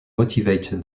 motivate